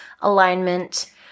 alignment